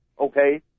okay